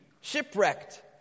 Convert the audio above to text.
shipwrecked